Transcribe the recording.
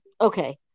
Okay